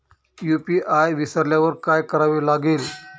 UPI विसरल्यावर काय करावे लागेल?